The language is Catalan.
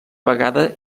vegada